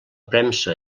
premsa